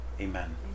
amen